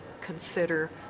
consider